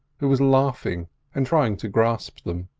who was laughing and trying to grasp them.